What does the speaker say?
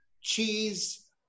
cheese